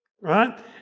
right